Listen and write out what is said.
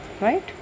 right